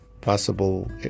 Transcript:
possible